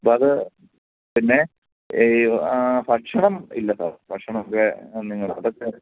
അപ്പോഴത് പിന്നെ ഈ ഭക്ഷണം ഇല്ല സാർ ഭക്ഷണം നിങ്ങൾ അതൊക്കെ